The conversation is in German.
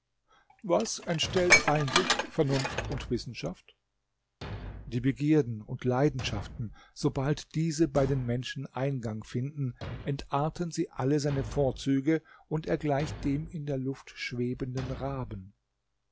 was entstellt einsicht vernunft und wissenschaft die begierden und leidenschaften sobald diese bei den menschen eingang finden entarten sie alle seine vorzüge und er gleicht dem in der luft schwebenden raben